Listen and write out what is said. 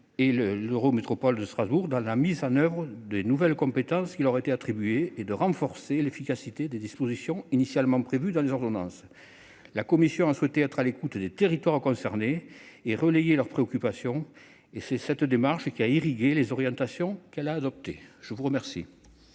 et l'Eurométropole de Strasbourg dans la mise en oeuvre des nouvelles compétences qui leur ont été attribuées, et de renforcer l'efficacité des dispositions initialement prévues dans les ordonnances. La commission a souhaité être à l'écoute des territoires concernés et relayer leurs préoccupations. C'est cette démarche qui a irrigué les orientations qu'elle a adoptées. La parole